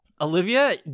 Olivia